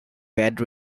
bad